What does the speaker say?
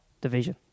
division